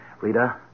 Rita